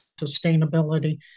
sustainability